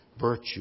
virtue